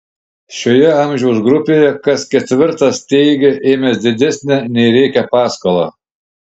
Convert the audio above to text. šioje amžiaus grupėje kas ketvirtas teigia ėmęs didesnę nei reikia paskolą